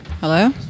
Hello